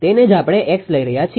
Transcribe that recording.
તેને જ આપણે X લઈ રહ્યા છીએ